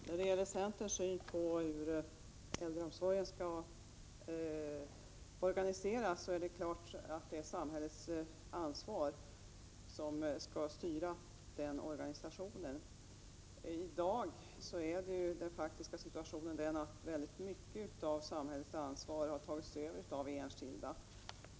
Herr talman! Centerns uppfattning är naturligtvis den att det är samhället som skall ansvara för organisationen av äldreomsorgen. I dag är den faktiska situationen den att väldigt mycket av samhällets ansvar har tagits över av enskilda.